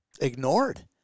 ignored